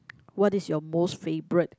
what is your most favourite